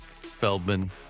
Feldman